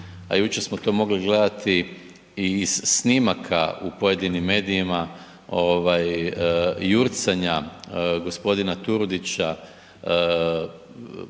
a jučer smo to mogli gledati i iz snimaka u pojedinim medijima, jurcanja g. Turudića